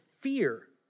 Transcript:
fear